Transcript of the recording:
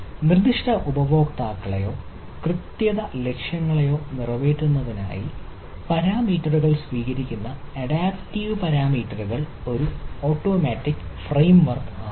നിർദ്ദിഷ്ട ഉപയോക്താക്കളെയോ കൃത്യത ലക്ഷ്യങ്ങളെയോ നിറവേറ്റുന്നതിനായി പാരാമീറ്ററുകൾ സ്വീകരിക്കുന്ന അഡാപ്റ്റീവ് പാരാമീറ്ററുകൾ സ്വീകരിക്കുന്ന ഒരു ഓട്ടോമാറ്റിക് ഫ്രെയിംവർക്ക് ആണിത്